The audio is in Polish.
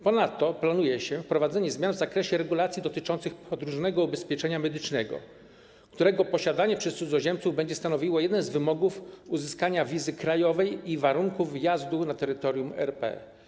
Ponadto planuje się wprowadzenie zmian w zakresie regulacji dotyczących podróżnego ubezpieczenia medycznego, którego posiadanie przez cudzoziemców będzie stanowiło jeden z wymogów uzyskania wizy krajowej i warunków wjazdu na terytorium RP.